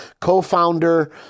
Co-founder